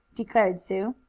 declared sue.